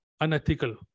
unethical